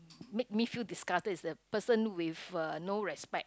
make me feel discarded is a person with uh no respect